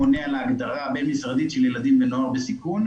עונה על ההגדרה הבין-משרדית של ילדים ונוער בסיכון,